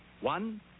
One